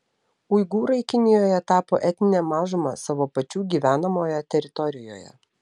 uigūrai kinijoje tapo etnine mažuma savo pačių gyvenamoje teritorijoje